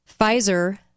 Pfizer